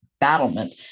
battlement